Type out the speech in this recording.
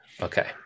Okay